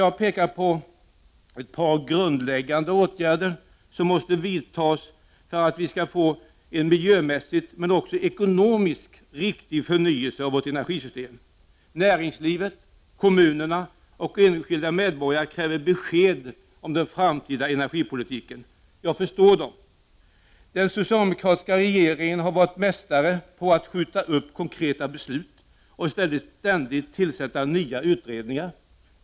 Jag har pekat på ett par grundläggande åtgärder som måste vidtas för att vi skall få en miljömässig, men också en ekonomiskt riktig förnyelse av vårt energisystem. Näringslivet, kommunerna och enskilda medborgare kräver besked om den framtida energipolitiken. Jag förstår dem. Den socialdemokratiska regeringen har varit mästare på att uppskjuta konkreta beslut, och man har i stället ständigt tillsatt nya utredningar.